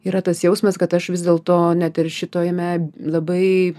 yra tas jausmas kad aš vis dėlto net ir šitoj jame labai